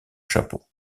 chapeau